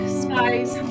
skies